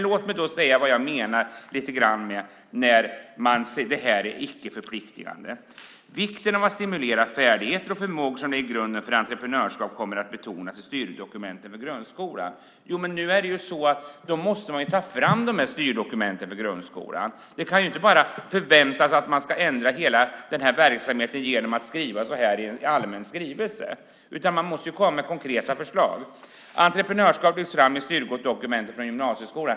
Låt mig säga vad jag lite grann menar när jag säger att det är icke-förpliktande. Vikten av att stimulera färdigheter och förmågor som är grunden för entreprenörskap kommer att betonas i styrdokumenten för grundskolan. Men då måste man ta fram styrdokumenten för grundskolan. Man kan inte bara förvänta sig att ändra hela verksamheten genom att skriva så här i en allmän skrivelse, utan man måste komma med konkreta förslag. Entreprenörskap lyfts fram i styrdokumentet för gymnasieskolan.